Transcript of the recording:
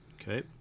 Okay